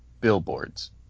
billboards